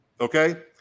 Okay